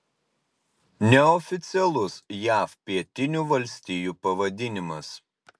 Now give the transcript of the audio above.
neoficialus jav pietinių valstijų pavadinimas